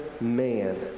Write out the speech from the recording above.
man